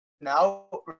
now